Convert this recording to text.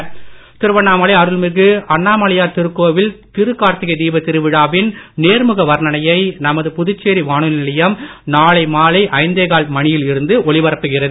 தீபம் தொடர்ச்சி திருவண்ணாமலை அருள்மிகு அண்ணாமலையார் திருக்கோவில் திருக்காரத்திகை தீப திருவிழாவின் நேர்முக வர்ணனையை நம்து புதுச்சேரி வானொலி நிலையம் நாளை மாலை ஐந்தேகால் மணியில் இருந்து நேரலையாக ஒலிபரப்புகிறது